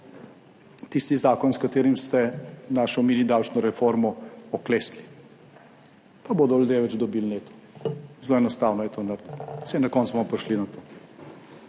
tisti zakon, s katerim ste našo mini davčno reformo oklestili, pa bodo ljudje več dobili neto. Zelo enostavno je to narediti, saj na koncu bomo prišli na to.